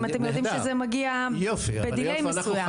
אתם יודעים שזה מגיע באיחור מסוים,